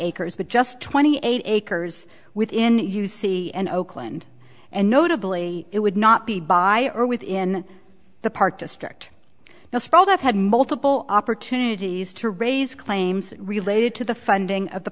acres but just twenty eight hers within you see an oakland and notably it would not be by or within the park district now sprawl have had multiple opportunities to raise claims related to the funding of the